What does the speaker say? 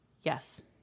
Yes